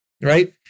right